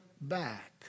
back